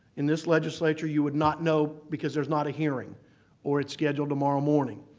in this legislature, you would not know because there's not a hearing or it's scheduled tomorrow morning.